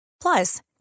Plus